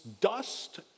dust